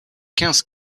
quinze